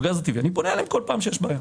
בגז הטבעי אני פונה אליהם כל פעם שיש בעיה.